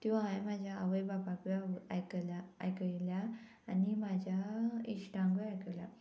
त्यो हांवें म्हाज्या आवय बापायकूय आयकला आयकल्या आनी म्हाज्या इश्टांकूय आयकल्या